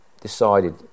Decided